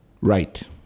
right